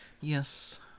yes